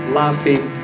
laughing